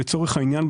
לצורך העניין,